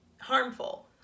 harmful